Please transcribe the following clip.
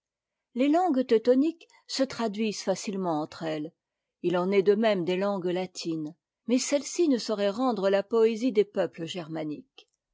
les langues teutoniques se traduisent facilement entre elles il en est de même des langues latines mais celles-ci ne sauraient rendre la poésie des peuples germaniques